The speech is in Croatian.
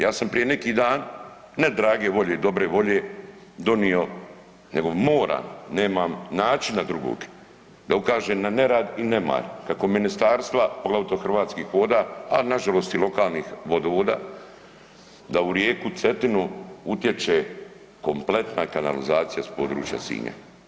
Ja sam prije neki dan, ne drage volje, dobre volje, donio nego moram, nemam načina drugog da ukažem na nerad i nemar kako ministarstva poglavito Hrvatskih voda a nažalost i lokalnih vodovoda, da u rijeku Cetina kompletna kanalizacija s područja Sinja.